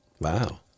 Wow